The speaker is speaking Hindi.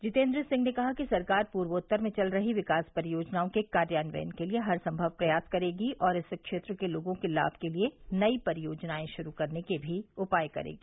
जितेन्द्र सिंह ने कहा कि सरकार पूर्वोत्तर में चल रही विकास परियोजनाओं के कार्यान्वयन के लिए हर संभव प्रयास करेगी और इस क्षेत्र के लोगों के लाभ के लिए नई परियोजनाएं शुरू करने के भी उपाय करेगी